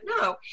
No